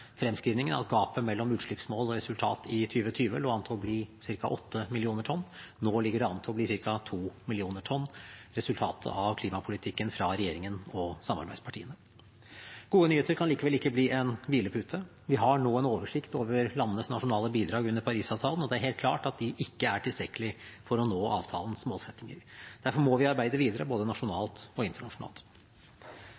fremskrivningene at gapet mellom utslippsmål og resultat i 2020 lå an til å bli ca. 8 millioner tonn. Nå ligger det an til å bli ca. 2 millioner tonn. Det er et resultat av klimapolitikken fra regjeringen og samarbeidspartiene. Gode nyheter kan likevel ikke bli en hvilepute. Vi har nå en oversikt over landenes nasjonale bidrag under Parisavtalen, og det er helt klart at de ikke er tilstrekkelig for å nå avtalens målsettinger. Derfor må vi arbeide videre både